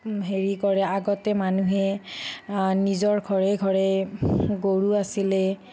হেৰি কৰে আগতে মানুহে নিজৰ ঘৰে ঘৰে গৰু আছিলে